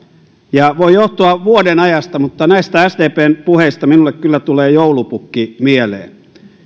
ja voi johtua vuodenajasta mutta näistä sdpn puheista minulle kyllä tulee joulupukki mieleen